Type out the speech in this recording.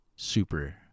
super